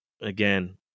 again